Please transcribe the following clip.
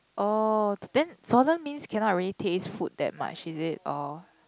oh then swollen means cannot really taste food that much is it or